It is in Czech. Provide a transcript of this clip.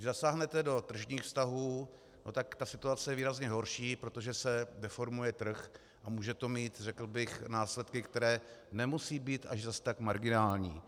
Když zasáhnete do tržních vztahů, situace je výrazně horší, protože se deformuje trh a může to mít následky, které nemusí být až zase tak marginální.